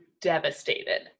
devastated